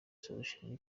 solution